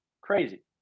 crazy